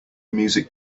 music